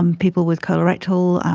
um people with colorectal,